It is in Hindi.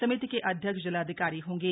समिति के अध्यक्ष जिलाधिकारी होंगे